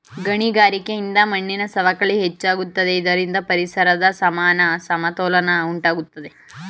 ಗಣಿಗಾರಿಕೆಯಿಂದ ಮಣ್ಣಿನ ಸವಕಳಿ ಹೆಚ್ಚಾಗುತ್ತಿದೆ ಇದರಿಂದ ಪರಿಸರದ ಸಮಾನ ಅಸಮತೋಲನ ಉಂಟಾಗುತ್ತದೆ